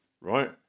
Right